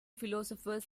philosophers